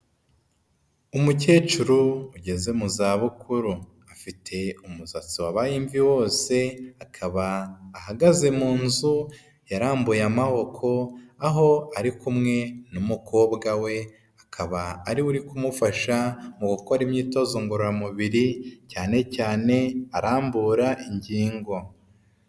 Umukecuru ugeze mu zabukuru afite umusatsi wabaye imvi wose akaba ahagaze mu nzu yarambuye amaboko aho ari kumwe n'umukobwa we akaba ari we uri kumufasha mu gukora imyitozo ngororamubiri cyane cyane arambura ingingo.